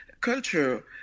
culture